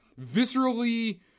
viscerally